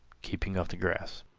keeping off the grass.